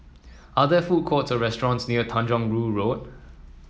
are there food courts or restaurants near Tanjong Rhu Road